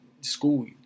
school